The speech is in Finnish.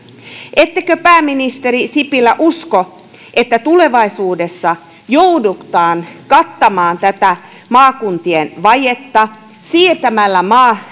ettekö pääministeri sipilä usko että tulevaisuudessa joudutaan kattamaan tätä maakuntien vajetta siirtämällä